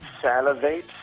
salivate